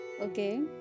Okay